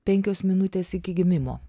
penkios minutės iki gimimo